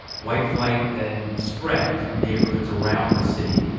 white flight then spread through neighborhoods around the city,